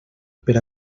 per